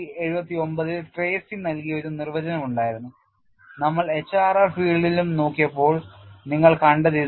1979 ൽ ട്രേസി നൽകിയ ഒരു നിർവചനവും ഉണ്ടായിരുന്നു നമ്മൾ HRR ഫീൽഡിലും നോക്കിയപ്പോൾ നിങ്ങൾ കണ്ടത് ഇതാണ്